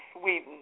Sweden